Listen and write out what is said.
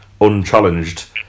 unchallenged